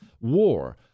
War